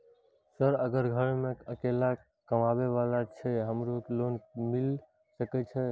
Sir अगर घर में अकेला कमबे वाला छे हमरो के लोन मिल सके छे?